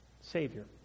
Savior